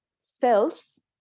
cells